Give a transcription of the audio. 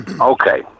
Okay